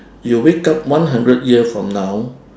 you wake up one hundred year from now